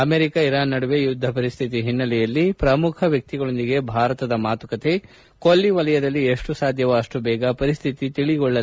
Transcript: America Iran ನಡುವೆ ಯುದ್ದ ಪರಿಸ್ಥಿತಿ ಹಿನ್ನೆಲೆಯಲ್ಲಿ ಪ್ರಮುಖ ವ್ಯಕ್ತಿಗಳೊಂದಿಗೆ ಭಾರತದ ಮಾತುಕತೆ ಕೊಲ್ಲಿ ವಲಯದಲ್ಲಿ ಎಷ್ಟು ಸಾಧ್ಯವೋ ಅಷ್ಟು ದೇಗ ಪರಿಸ್ತಿತಿ ತಿಳಿಗೊಳ್ಳಲೆಂಬ ಆಶಯ